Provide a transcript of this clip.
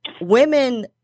Women